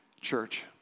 church